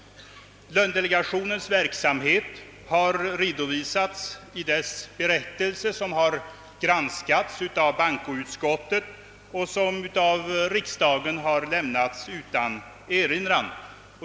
Lönedelegationens verksamhet har redovisats i dess berättelse, som har granskats av bankoutskottet och som av riksdagen lämnats utan erinran.